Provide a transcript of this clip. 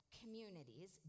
communities